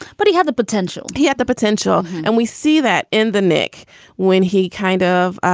but he had the potential. he had the potential. and we see that in the nic when he kind of